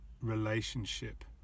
relationship